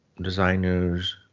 designers